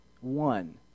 one